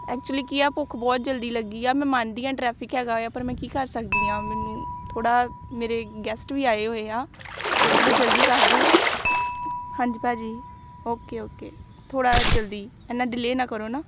actually ਕੀ ਆ ਭੁੱਖ ਬਹੁਤ ਜਲਦੀ ਲੱਗੀ ਆ ਮੈਂ ਮੰਨਦੀ ਹਾਂ ਟ੍ਰੈਫਿਕ ਹੈਗਾ ਆ ਪਰ ਮੈਂ ਕੀ ਕਰ ਸਕਦੀ ਹਾਂ ਮੈਨੂੰ ਥੋੜ੍ਹਾ ਮੇਰੇ ਗੈਸਟ ਵੀ ਆਏ ਹੋਏ ਆ ਅਤੇ ਥੋੜ੍ਹਾ ਜਲਦੀ ਕਰ ਦਿਓ ਹਾਂਜੀ ਭਾਅ ਜੀ ਓਕੇ ਓਕੇ ਥੋੜ੍ਹਾ ਜਲਦੀ ਇੰਨਾਂ ਡਿਲੇ ਨਾ ਕਰੋ ਨਾ